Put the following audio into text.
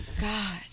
God